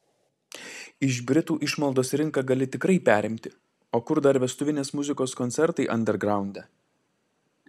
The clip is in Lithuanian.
iš britų išmaldos rinką gali tikrai perimti o kur dar vestuvinės muzikos koncertai andergraunde